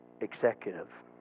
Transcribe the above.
executive